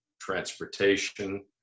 transportation